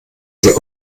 sie